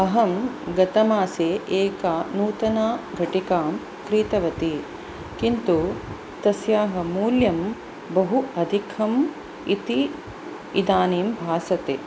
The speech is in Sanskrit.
अहं गतमासे एका नूतना घटिकां क्रीतवती किन्तु तस्याः मूल्यं बहु अधिकम् इति इदानीं भासते